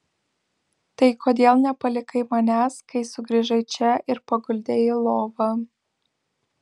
tai kodėl nepalikai manęs kai sugrįžai čia ir paguldei į lovą